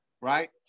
Right